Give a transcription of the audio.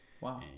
Wow